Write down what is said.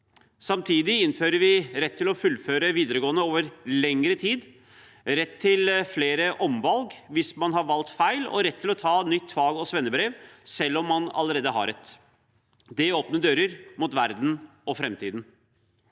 Samtidig innfører vi rett til å fullføre videregående over lengre tid, rett til flere omvalg hvis man har valgt feil, og rett til å ta nytt fag og svennebrev selv om man allerede har et. Det åpner dører mot verden og framtiden.